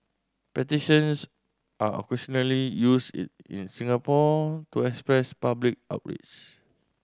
petitions are occasionally used it in Singapore to express public outrage